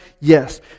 Yes